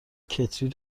کتری